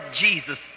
Jesus